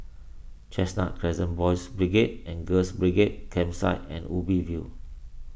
Chestnut Crescent Boys' Brigade and Girls' Brigade Campsite and Ubi View